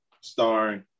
starring